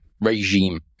regime